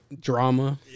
drama